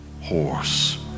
horse